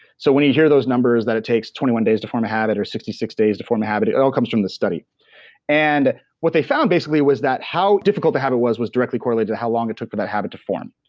so when you hear those numbers, that it takes twenty one days to form a habit or sixty six days to form a habit, it it all comes from this study and what they found, basically, was that how difficult the habit was, was directly correlated to how long it took for that habit to form.